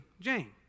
Jane